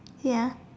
ya